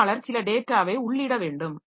பயனாளர் சில டேட்டாவை உள்ளிட வேண்டும்